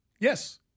Yes